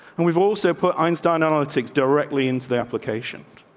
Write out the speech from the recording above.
and we've also put einstein analytics directly into the application.